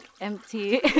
empty